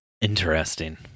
interesting